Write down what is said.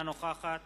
אינה נוכחת